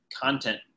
content